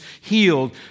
healed